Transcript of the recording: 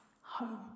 home